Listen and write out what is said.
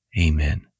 Amen